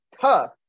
tough